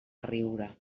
riure